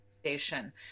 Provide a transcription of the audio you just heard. station